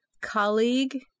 colleague